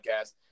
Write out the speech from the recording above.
podcast